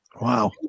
wow